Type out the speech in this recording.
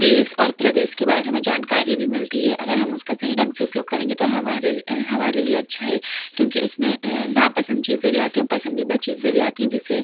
देश और प्रदेश के बारे में जानकारी भी मिलती है अगर हम उसका सही ढंग से उपयोग करेंगे तो हमारे हमारे लिए अच्छा है क्योंकि उसमें नापसंद चीज़ें भी आती हैं और पसंदीदा चीज़ें भी आती हैं जिसे